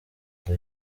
nda